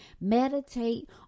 meditate